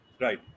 right